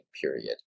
period